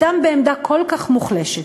אדם בעמדה כל כך מוחלשת,